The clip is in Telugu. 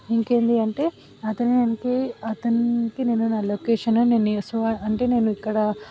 ఇంకేంటి అంటే అతని వెనకే అతనికి నేను నా లోకేషన్ నేను సో అంటే నేను ఇక్కడ